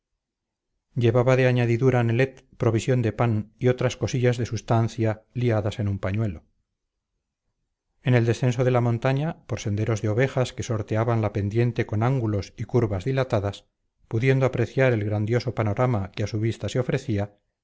llevaba de añadidura nelet provisión de pan y otras cosillas de sustancia liadas en un pañuelo en el descenso de la montaña por senderos de ovejas que sorteaban la pendiente con ángulos y curvas dilatadas pudiendo apreciar el grandioso panorama que a su vista se ofrecía